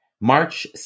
March